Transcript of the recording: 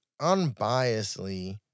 unbiasedly